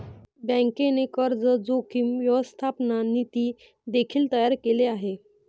बँकेने कर्ज जोखीम व्यवस्थापन नीती देखील तयार केले आहे